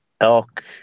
elk